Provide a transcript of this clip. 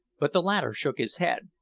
but the latter shook his head,